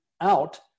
out